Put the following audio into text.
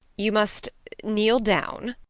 you must kneel down,